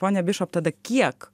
ponia bišop tada kiek